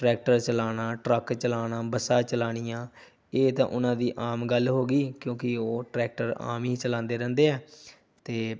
tractor ਚਲਾਉਣਾ truck ਚਲਾਉਣਾ ਬੱਸਾਂ ਚਲਾਉਣੀਆਂ ਇਹ ਤਾਂ ਉਹਨਾਂ ਦੀ ਆਮ ਗੱਲ ਹੋ ਗਈ ਕਿਉਂਕਿ ਉਹ ਟਰੈਕਟਰ ਆਮ ਹੀ ਚਲਾਉਂਦੇ ਰਹਿੰਦੇ ਆ ਅਤੇ